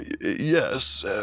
Yes